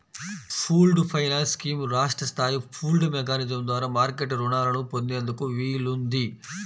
pooled finance scheme రాష్ట్ర స్థాయి pooled mechanism ద్వారా మార్కెట్ రుణాలను పొందేందుకు వీలుంది